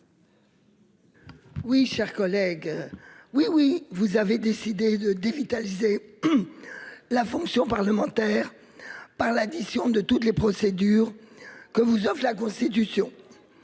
Oui, mes chers collègues, vous avez décidé de dévitaliser la fonction parlementaire par l'addition de toutes les procédures que vous offrent la Constitution